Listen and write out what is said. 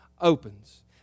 opens